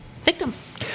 Victims